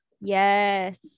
Yes